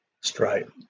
stripe